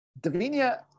Davinia